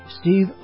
Steve